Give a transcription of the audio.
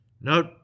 Note